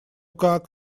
как